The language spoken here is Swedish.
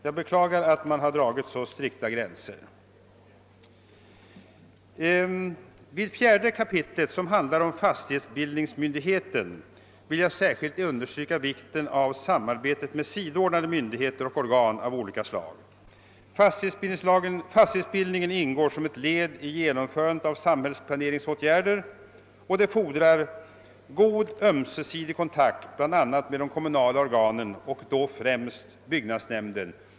Jag beklagar att så strikta gränser har dragits. 4 kap. handlar om fastighetsbildningsmyndigheten. Jag vill här särskilt understryka vikten av samarbete med sidoordnade myndigheter och organ. Fastighetsbildningen ingår som ett led i samhällsplaneringsåtgärderna, och det fordras god ömsesidig kontakt bl.a. med de kommunala organen och då främst byggnadsnämnden.